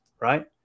Right